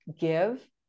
give